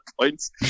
points